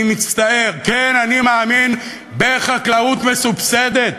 אני מצטער, כן, אני מאמין בחקלאות מסובסדת.